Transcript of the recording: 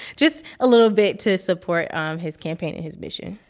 just a little bit to support um his campaign and his mission.